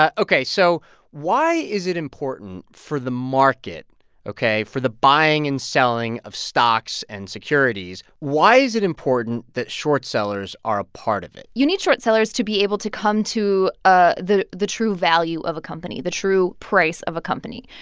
ah ok, so why is it important for the market ok? for the buying and selling of stocks and securities, why is it important that short sellers are a part of it? you need short sellers to be able to come to ah the the true value of a company, the true price of a company.